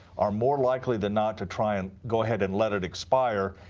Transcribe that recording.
are more likely than not to try and go ahead and let it expire.